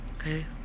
Okay